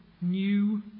new